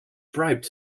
sprout